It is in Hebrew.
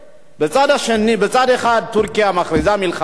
בצד אחד טורקיה מכריזה מלחמה,